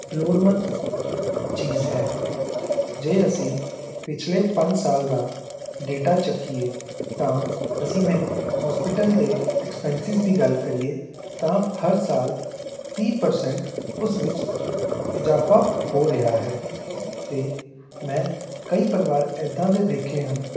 ਲੋੜਮੰਦ ਚੀਜ਼ ਹੈ ਜੇ ਅਸੀਂ ਪਿਛਲੇ ਪੰਜ ਸਾਲ ਦਾ ਡੇਟਾ ਚੱਕੀਏ ਤਾਂ ਅਸੀਂ ਮੈਂ ਹੋਸਪਿਟਲ ਦੇ ਐਕਸਪੈਂਸਿਸ ਦੀ ਗੱਲ ਕਰੀਏ ਤਾਂ ਹਰ ਸਾਲ ਤੀਹ ਪਰਸੈਂਟ ਉਸ ਵਿੱਚ ਇਜ਼ਾਫਾ ਹੋ ਰਿਹਾ ਹੈ ਅਤੇ ਮੈਂ ਕਈ ਪਰਿਵਾਰ ਇੱਦਾਂ ਦੇ ਦੇਖੇ ਹਨ